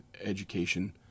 education